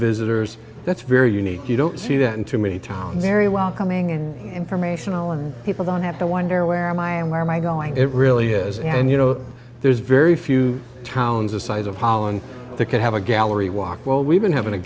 visitors that's very unique you don't see that in too many towns very welcoming and informational and people don't have to wonder where am i and where my going it really is and you know there's very few towns the size of holland that could have a gallery walk well we've been having a